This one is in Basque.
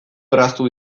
erraztu